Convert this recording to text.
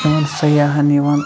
یِمَن سیاحَن یِوان